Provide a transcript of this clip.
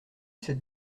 cette